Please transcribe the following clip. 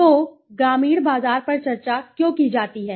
तो ग्रामीण बाजार पर चर्चा क्यों की जाती है